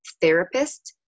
Therapist